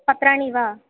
पत्राणि वा